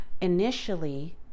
initially